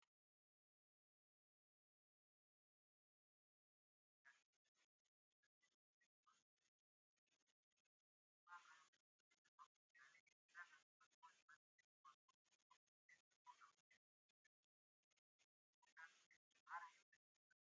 Mu gihe Kovide cumi n'icyenda yari igeze mu Rwanda, gahunda zimwe na zimwe zagiye zihagarikwa ahubwo haza iya guma mu rugo. Mu mwaka w'ibihumbi bibiri na makumyabiri wasangaga abantu bose bategetswe kwambara udupfukamunwa ndetse ubwo abanyeshuri basubiraga ku ishuri iyi gahunda barayubahirizaga.